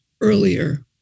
earlier